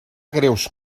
greus